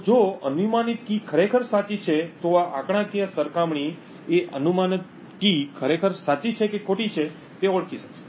તો જો અનુમાનિત કી ખરેખર સાચી છે તો આ આંકડાકીય સરખામણી એ અનુમાનિત કી ખરેખર સાચી છે કે ખોટી છે તે ઓળખી શકશે